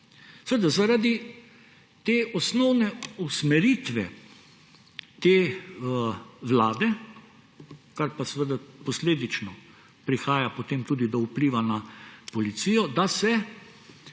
Zaradi te osnovne usmeritve te vlade, kar pa posledično prihaja potem tudi do vpliva na policijo, da se